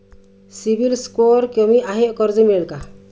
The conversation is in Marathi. सिबिल स्कोअर कमी आहे कर्ज मिळेल का?